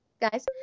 guys